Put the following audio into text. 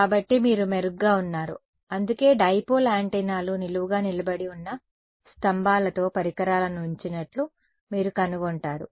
కాబట్టి మీరు మెరుగ్గా ఉన్నారు అందుకే డైపోల్ యాంటెన్నాలు నిలువుగా నిలబడి ఉన్న స్తంభాలతో పరికరాలను ఉంచినట్లు మీరు కనుగొంటారు